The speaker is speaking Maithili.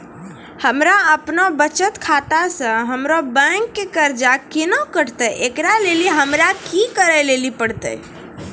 हमरा आपनौ बचत खाता से हमरौ बैंक के कर्जा केना कटतै ऐकरा लेली हमरा कि करै लेली परतै?